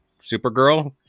Supergirl